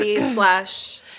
slash